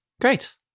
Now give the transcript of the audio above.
Great